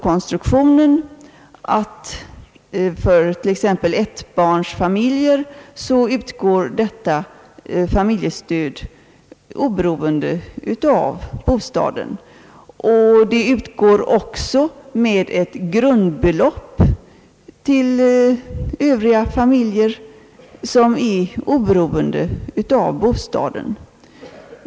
Konstruktionen är sådan att för t.ex. ettbarnsfamiljer utgår detta familjestöd oberoende av bostaden, och det utges också till övriga familjer med ett grundbelopp som är oberoende av bostaden.